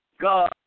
God